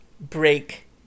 break